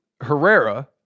Herrera